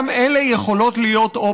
גם אלה יכולות להיות אופציות.